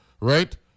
right